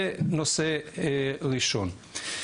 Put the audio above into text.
זה נושא ראשון.